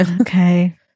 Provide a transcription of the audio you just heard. Okay